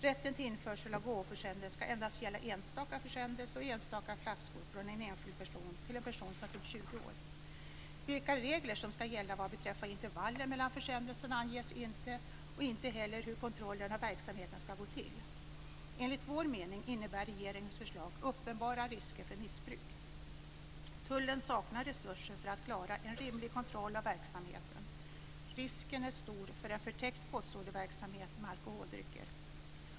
Rätten till införsel av gåvoförsändelser ska endast gälla enstaka försändelser och enstaka flaskor från en enskild person till en person som har fyllt 20 år. Vilka regler som ska gälla vad beträffar intervaller mellan försändelserna anges inte och inte heller hur kontrollen av verksamheten ska gå till. Enligt vår mening innebär regeringens förslag uppenbara risker för missbruk. Tullen saknar resurser att klara en rimlig kontroll av verksamheten. Risken är stor för en förtäckt postorderverksamhet med alkoholdrycker.